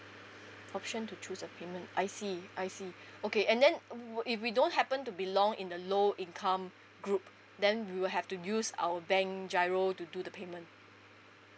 option to choose a payment I see I see okay and then uh if we don't happen to belong in the low income group then we will have to use our bank giro to do the payment